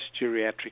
geriatric